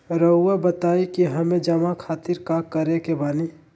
रहुआ बताइं कि हमें जमा खातिर का करे के बानी?